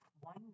one